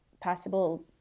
possible